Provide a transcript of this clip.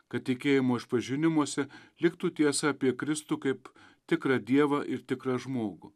kad tikėjimo išpažinimuose liktų tiesa apie kristų kaip tikrą dievą ir tikrą žmogų